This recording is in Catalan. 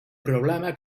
problema